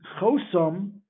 chosom